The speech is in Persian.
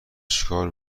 چیکار